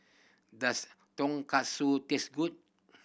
does Tonkatsu taste good